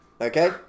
Okay